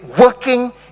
working